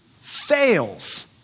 fails